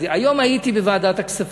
היום הייתי בוועדת הכספים.